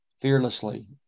fearlessly